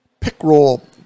PickRoll